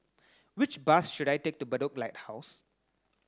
which bus should I take to Bedok Lighthouse